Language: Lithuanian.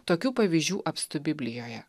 tokių pavyzdžių apstu biblijoje